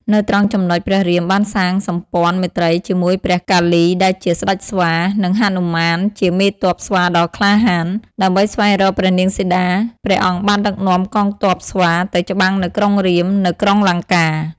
នៅត្រង់ចំណុចព្រះរាមបានសាងសម្ព័ន្ធមេត្រីជាមួយព្រះកាលីដែរជា ស្ដេចស្វា និងហនុមានជាមេទ័ពស្វាដ៏ក្លាហាន ដើម្បីស្វែងរកព្រះនាងសីតា ព្រះអង្គបានដឹកនាំកងទ័ពស្វាទៅច្បាំងនឹងក្រុងរាពណ៍នៅក្រុងលង្កា ។